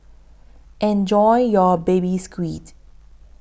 Enjoy your Baby Squid